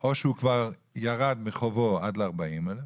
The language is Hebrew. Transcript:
או שהוא כבר ירד מחובו עד ל-40,000,